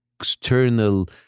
external